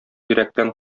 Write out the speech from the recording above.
йөрәктән